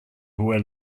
hoher